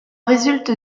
résulte